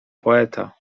poeta